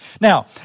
Now